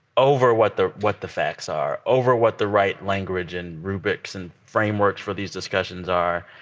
over what the what the facts are over what the right language and rubrics and frameworks for these discussions are.